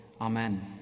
Amen